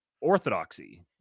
Orthodoxy